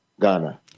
ghana